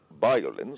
violence